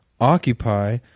occupy